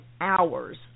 hours